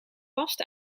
vast